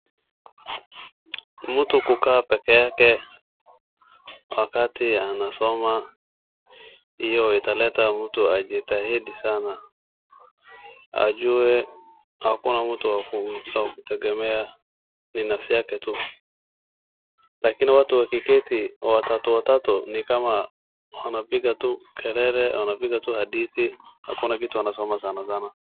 Mtu kukaa peke yake wakati mtu anasoma hio italeta mtu ajitahidi sana, ajue hakuna mtu wa kutegemea ni nafsi yake tu. Lakini watu wakiketi watatu watatu ni kama wanapiga tu kelele, wanapiga hadithi, hakuna kitu wanasoma sansana.